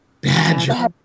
Badger